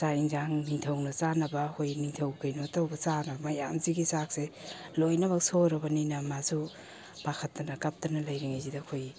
ꯆꯥꯛ ꯑꯦꯟꯁꯥꯡ ꯅꯤꯡꯊꯧꯅ ꯆꯥꯅꯕ ꯑꯩꯈꯣꯏ ꯅꯤꯡꯊꯧ ꯀꯩꯅꯣ ꯇꯧꯕ ꯆꯥꯅꯕ ꯃꯌꯥꯝꯁꯤꯒꯤ ꯆꯥꯛꯁꯦ ꯂꯣꯏꯅꯃꯛ ꯁꯣꯏꯔꯕꯅꯤꯅ ꯃꯥꯁꯨ ꯄꯥꯈꯠꯇꯅ ꯀꯞꯇꯅ ꯂꯩꯔꯤꯉꯩꯁꯤꯗ ꯑꯩꯈꯣꯏ